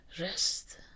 rest